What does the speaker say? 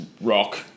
rock